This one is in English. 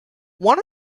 one